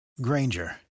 Granger